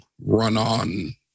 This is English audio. run-on